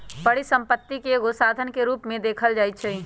परिसम्पत्ति के एगो साधन के रूप में देखल जाइछइ